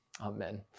amen